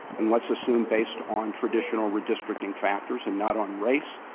and let's assume, based on traditional redistricting factors and not on race,